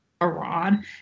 Iran